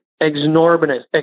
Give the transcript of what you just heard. Exorbitant